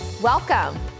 Welcome